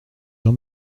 jean